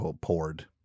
poured